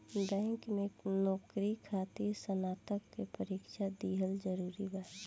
Bank में नौकरी खातिर स्नातक के परीक्षा दिहल जरूरी बा?